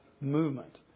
movement